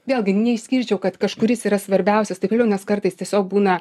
vėlgi neišskirčiau kad kažkuris yra svarbiausias taip toliau nes kartais tiesiog būna